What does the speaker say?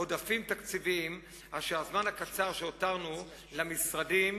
עודפים תקציביים שהזמן הקצר שהותרנו למשרדים